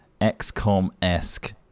XCOM-esque